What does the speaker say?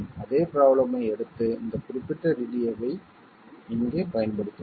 அதே ப்ரோப்லேம் ஐ எடுத்து இந்த குறிப்பிட்ட DDAவை இங்கே பயன்படுத்துவோம்